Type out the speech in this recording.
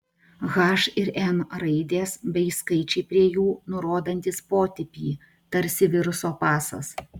h ir n raidės bei skaičiai prie jų nurodantys potipį tarsi viruso pasas